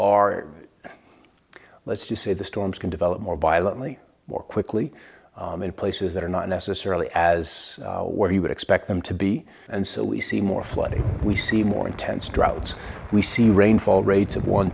are let's just say the storms can develop more violently more quickly in places that are not necessarily as what he would expect them to be and so we see more flooding we see more intense droughts we see rainfall rates